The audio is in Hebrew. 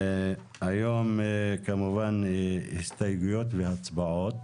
היום כמובן הסתייגויות והצבעות.